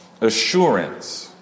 assurance